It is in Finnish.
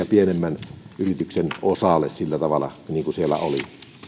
pienempien yritysten osalle sillä tavalla niin kuin siellä oli